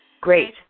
great